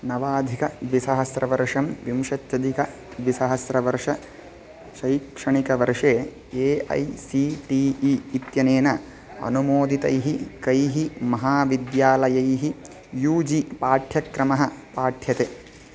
नवाधिकद्विसहस्रवर्षं विंशत्यधिकद्विसहस्रवर्ष शैक्षणिकवर्षे A I C T E इत्यनेन अनुमोदितैः कैः महाविद्यालयैः यू जी पाठ्यक्रमः पाठ्यते